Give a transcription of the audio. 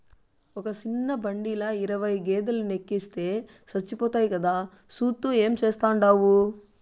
ఒక సిన్న బండిల ఇరవై గేదేలెనెక్కిస్తే సచ్చిపోతాయి కదా, సూత్తూ ఏం చేస్తాండావు